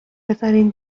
بذارین